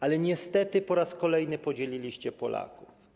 Ale niestety po raz kolejny podzieliliście Polaków.